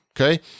okay